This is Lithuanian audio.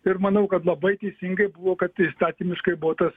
ir manau kad labai teisingai buvo kad įstatymiškai buvo tas